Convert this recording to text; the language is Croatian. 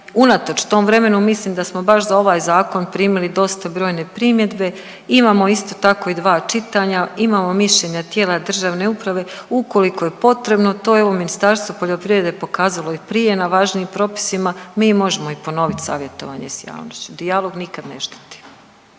unatoč tom vremenu mislim da smo baš za ovaj Zakon primili dosta brojne primjedbe, imamo isto tako i dva čitanja, imamo mišljenja tijela državne uprave, ukoliko je potrebno, to evo Ministarstvo poljoprivrede pokazalo i prije na važnijim propisima, mi možemo i ponoviti savjetovanje s javnošću, dijalog nikad ne šteti.